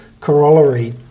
corollary